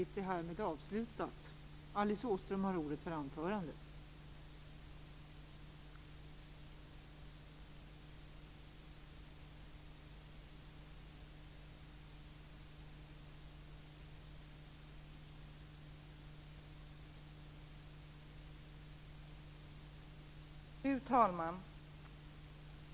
Fru talman!